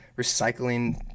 recycling